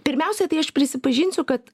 pirmiausia tai aš prisipažinsiu kad